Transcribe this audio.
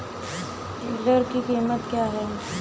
Tiller की कीमत क्या है?